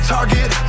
Target